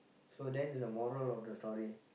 so that is the moral of the story